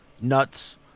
nuts